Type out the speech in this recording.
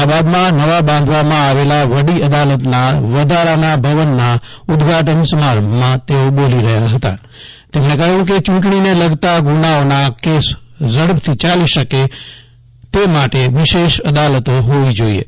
અલ્હાબાદમાં નવા બાંધવામાં આવેલા વડી અદાલતના વધારાના ભવનના ઉદઘાટન સમારંભમાં તેઓ બોલી રહ્યા હતા તેમણે કહ્યું કેટ ચૂંટણીને લગતા ગુનાઓના કેસ ઝડપથી યાલી શકે તે માટે વિશેષ અદાલતો હોવી જાઇએ